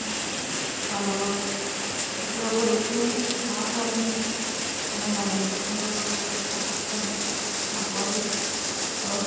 পালনত কুকুৰা পোৱালিতকৈ হাঁহ পোৱালি মানে লালন পালন কৰাতো অলপ কষ্ট হয় হাঁহ পোৱালি অলপ